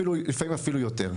לפעמים אפילו יותר.